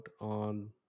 on